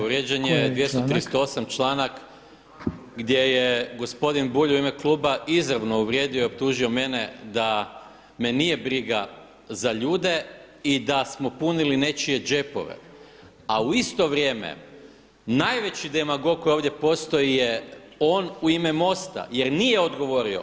Povrijeđen je 238. članak gdje je gospodin Bulj u ime kluba izravno uvrijedio i optužio mene da me nije briga za ljude i da smo punili nečije džepove, a u isto vrijeme najveći demagog koji ovdje postoji je on u ime MOST-a jer nije odgovorio.